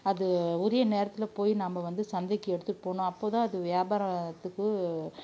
அது உரிய நேரத்தில் போய் நாம வந்து சந்தைக்கு எடுத்துகிட்டு போகணும் அப்போது தான் அது வியாபாரத்துக்கு